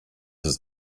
his